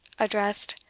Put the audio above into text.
addressed,